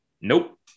nope